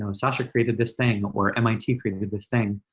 um sasha created this thing. or mit created this thing.